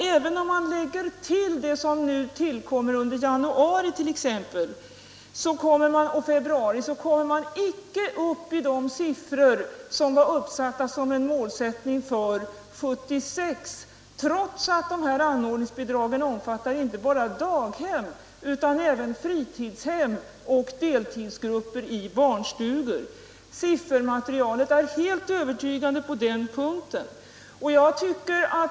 Även om man räknar med det som tillkommer under januari och februari, kommer man icke upp i de siffror som var uppsatta som ett mål för 1976, trots att anordningsbidragen omfattar inte bara daghem utan även fritidshem och deltidsgrupper i barnstugor. Siffermaterialet är helt övertygande på den punkten.